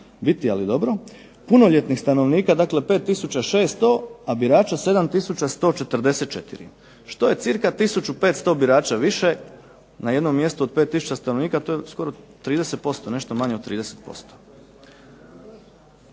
biti, ali dobro. Punoljetnih stanovnika, dakle 5600 a birača 7144 što je cca 1500 birača više na jednom mjestu od 5000 stanovnika. To je skoro 30%, nešto manje od 30%.